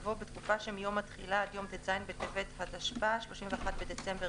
יבוא "בתקופה שמיום התחילה עד יום ט"ז בטבת התשפ"א (31 בדצמבר